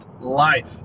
Life